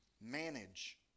manage